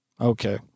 Okay